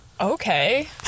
Okay